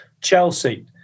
Chelsea